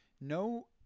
no